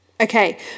Okay